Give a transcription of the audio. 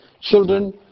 children